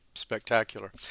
Spectacular